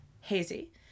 hazy